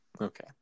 Okay